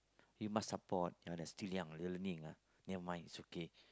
you must support ah they're still young learning ah never mind is okay